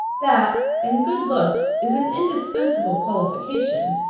that and good looks is an indispensable qualification.